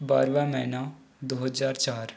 बारहवा महीना दो हज़ार चार